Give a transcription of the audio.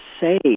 say